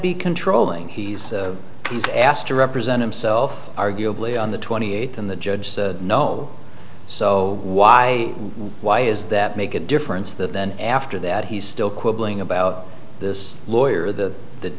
be controlling he's he's asked to represent himself arguably on the twenty eighth and the judge said no so why why is that make a difference that then after that he's still quibbling about this lawyer the that